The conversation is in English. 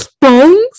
bones